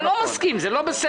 אני לא מסכים, זה לא בסדר.